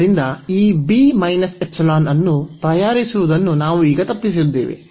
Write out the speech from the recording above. ಆದ್ದರಿಂದ ಈ ಅನ್ನು ತಯಾರಿಸುವುದನ್ನು ನಾವು ಈಗ ತಪ್ಪಿಸಿದ್ದೇವೆ